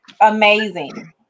amazing